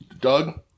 Doug